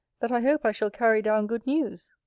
that i hope i shall carry down good news.